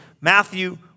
Matthew